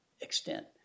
extent